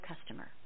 customer